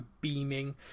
beaming